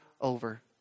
over